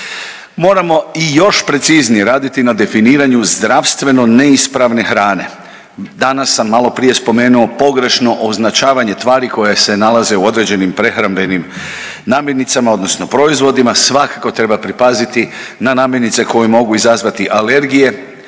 Moramo i još preciznije raditi na definiranju zdravstveno neispravne hrane. Danas sam malo prije spomenuo pogrešno označavanje tvari koje se nalaze u određenim prehrambenim namirnicama, odnosno proizvodima. Svakako treba pripaziti na namirnice koje mogu izazvati alergije